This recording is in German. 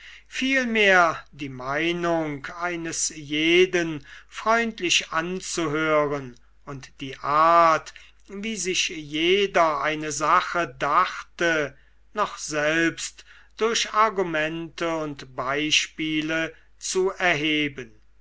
vielmehr die meinung eines jeden freundlich anzuhören und die art wie sich jeder eine sache dachte noch selbst durch argumente und beispiele zu erheben